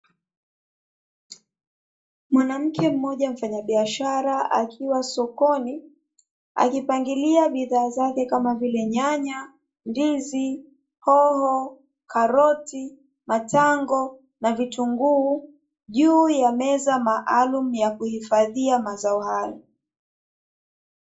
Mwanamke mmoja mfanyabiashara akiwa sokoni, akipangilia bidha zake kama vile; nyanya, ndizi, hoho ,karoti, matango na vitunguu, juu ya meza maalumu ya kuhifadhia mazao hayo.